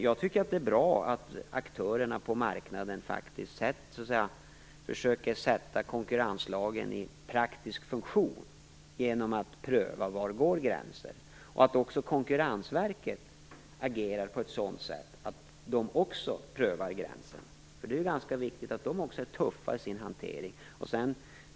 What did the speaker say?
Jag tycker att det är bra att aktörerna på marknaden försöker sätta konkurrenslagen i praktisk funktion genom att pröva var gränserna går och att också Konkurrensverket agerar på ett sådant sätt att de också prövar gränserna. Det är ju ganska viktigt att de också är tuffa i sin hantering.